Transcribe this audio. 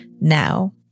now